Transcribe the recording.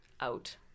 out